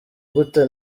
gute